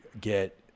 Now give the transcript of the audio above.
get